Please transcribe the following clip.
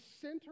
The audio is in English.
center